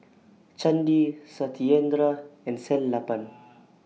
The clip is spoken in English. Chandi Satyendra and Sellapan